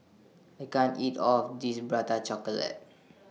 I can't eat All of This Prata Chocolate